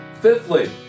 Fifthly